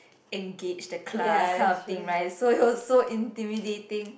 engage the class kind of thing right so it was so intimidating